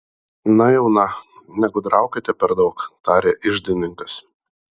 na jau na negudraukite per daug tarė iždininkas